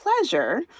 pleasure